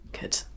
Good